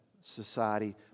Society